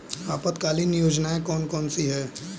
अल्पकालीन योजनाएं कौन कौन सी हैं?